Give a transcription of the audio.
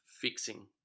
fixing